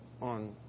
on